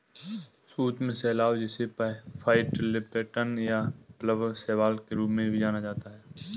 सूक्ष्म शैवाल जिसे फाइटोप्लैंक्टन या प्लवक शैवाल के रूप में भी जाना जाता है